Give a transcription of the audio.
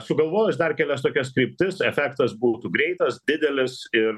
sugalvojus dar kelias tokias kryptis efektas būtų greitas didelis ir